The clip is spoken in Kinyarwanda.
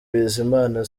bizimana